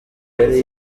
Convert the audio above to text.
yari